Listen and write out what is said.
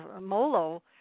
Molo